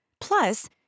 Plus